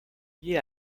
liée